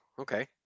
Okay